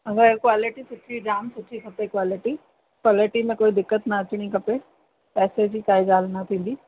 असांखे क्वालिटी सुठी जामु सुठी खपे क्वालिटी क्वालिटी में कोई दिक़त न अचिणी खपे पैसे जी काई ॻाल्हि न थींदी